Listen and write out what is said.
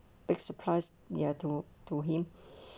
big surprise ya to to him